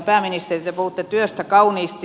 pääministeri te puhuitte työstä kauniisti